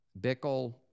Bickle